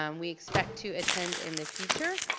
um we expect to attend in the future,